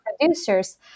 producers